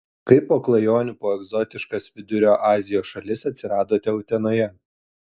kaip po klajonių po egzotiškas vidurio azijos šalis atsiradote utenoje